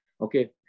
Okay